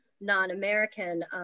non-American